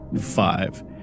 five